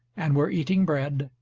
and were eating bread,